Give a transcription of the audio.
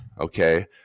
okay